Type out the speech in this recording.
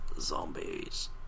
Zombies